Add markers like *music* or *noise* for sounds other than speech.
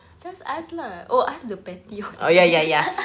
just ask lah oh ask the petty [one] *laughs*